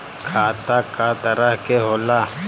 खाता क तरह के होला?